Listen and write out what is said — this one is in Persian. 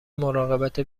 مراقبت